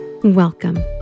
Welcome